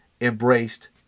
embraced